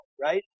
right